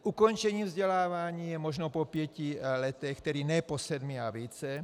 Ukončení vzdělávání je možno po pěti letech, tedy ne po sedmi a více.